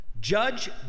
Judge